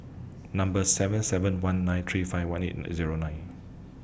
Number seven seven one nine three five one eight Zero nine